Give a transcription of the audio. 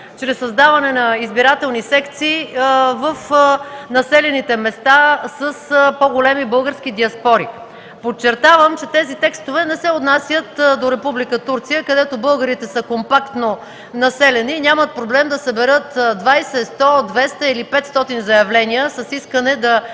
чрез създаване на избирателни секции в населените места с по-големи български диаспори. Подчертавам, че тези текстове не се отнасят до Република Турция, където българите са компактно населени и няма проблем да съберат 20-100-200 или 500 заявления с искане да